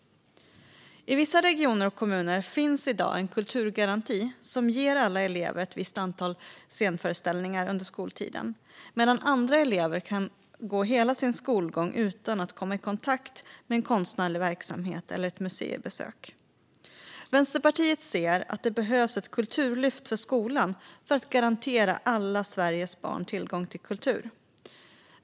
I vissa regioner och kommuner finns i dag en kulturgaranti som ger alla elever ett visst antal scenföreställningar under skoltiden. Andra elever kan gå hela sin skolgång utan att komma i kontakt med en konstnärlig verksamhet eller ett museibesök. Vänsterpartiet ser att det behövs ett kulturlyft för skolan för att garantera alla Sveriges barn tillgång till kultur.